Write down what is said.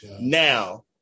Now